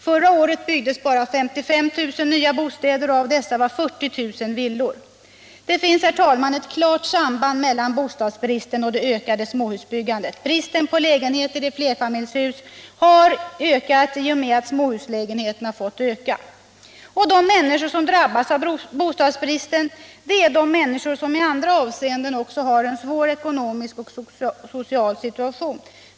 Förra året byggdes bara 55 000 nya bostäder och av dessa var 40 000 villor. Det finns, herr talman, ett klart samband mellan bostadsbristen och det ökade småhusbyggandet. Bristen på lägenheter i flerfamiljshus har blivit större i och med att antalet småhuslägenheter fått öka. De som drabbas av bostadsbristen är människor som också i andra avseenden har en svår ekonomisk och social situation.